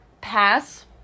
pass